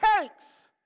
takes